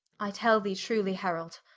i tell thee truly herald,